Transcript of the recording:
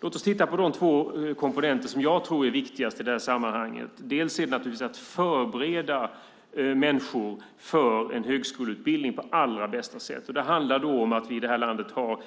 Låt oss titta på de två komponenter jag tror är viktigast i detta sammanhang. Dels är det naturligtvis att förbereda människor för en högskoleutbildning på allra bästa sätt. Det handlar i det här landet om att ha